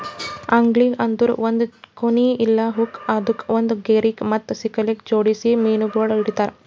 angling ಅಂದುರ್ ಒಂದ್ ಕೋನಿ ಇಲ್ಲಾ ಹುಕ್ ಇದುಕ್ ಒಂದ್ ಗೆರಿಗ್ ಮತ್ತ ಸಿಂಕರಗ್ ಜೋಡಿಸಿ ಮೀನಗೊಳ್ ಹಿಡಿತಾರ್